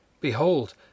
Behold